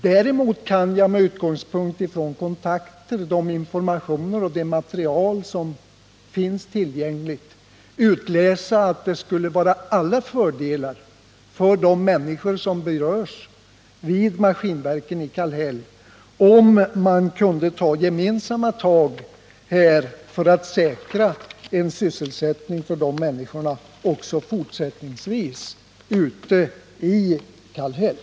Däremot kan jag med utgångspunkt i kontakter, informationer och tillgängligt material utläsa att det skulle innebära många fördelar för de människor som berörs vid Maskinverken i Kallhäll om man kunde ta gemensamma tag för att säkra sysselsättningen för dessa människor också fortsättningsvis ute i Kallhäll.